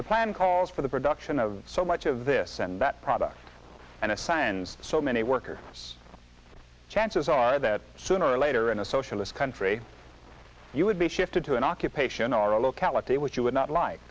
the plan calls for the production of so much of this and that product and assigns so many worker chances are that sooner or later in a socialist country you would be shifted to an occupation our locality which you would not li